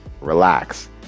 relax